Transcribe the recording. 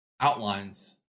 outlines